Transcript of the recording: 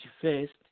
first